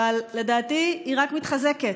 אבל לדעתי היא רק מתחזקת,